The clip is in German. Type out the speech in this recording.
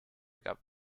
gab